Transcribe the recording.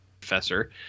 professor